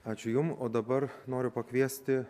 ačiū jum o dabar noriu pakviesti